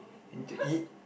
I need to eat